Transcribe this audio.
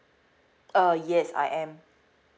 uh yes I am